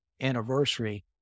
anniversary